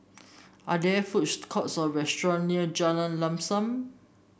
are there food courts or restaurant near Jalan Lam Sam